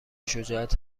شجاعت